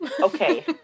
Okay